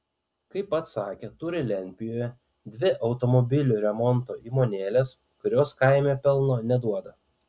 kaip pats sakė turi lentpjūvę dvi automobilių remonto įmonėles kurios kaime pelno neduoda